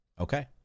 Okay